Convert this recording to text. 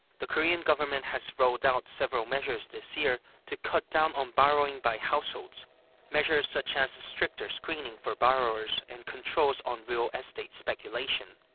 the korean government has rolled out several measures this year to cut down on borrowing by households measures such as stricter screening for borrowers and controls on real estate speculation.